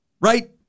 right